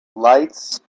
lights